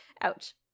Ouch